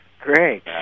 Great